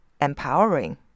empowering